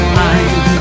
mind